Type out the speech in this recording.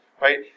Right